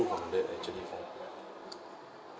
from there actually